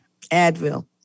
Advil